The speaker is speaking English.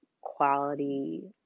quality